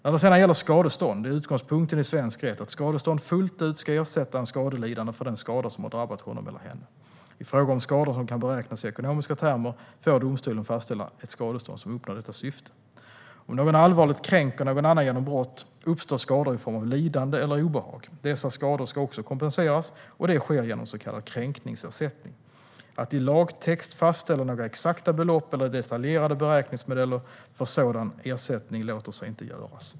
När det sedan gäller skadestånd är utgångspunkten i svensk rätt att skadestånd fullt ut ska ersätta en skadelidande för den skada som har drabbat honom eller henne. I fråga om skador som kan beräknas i ekonomiska termer får domstolen fastställa ett skadestånd som uppnår detta syfte. Om någon allvarligt kränker någon annan genom brott uppstår skador i form av lidande eller obehag. Dessa skador ska också kompenseras, och det sker genom så kallad kränkningsersättning. Att i lagtext fastställa några exakta belopp eller detaljerade beräkningsmodeller för sådan ersättning låter sig inte göras.